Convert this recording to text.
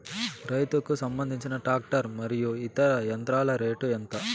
రైతుకు సంబంధించిన టాక్టర్ మరియు ఇతర యంత్రాల రేటు ఎంత?